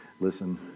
Listen